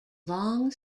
long